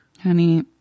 Honey